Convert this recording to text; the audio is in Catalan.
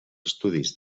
estudis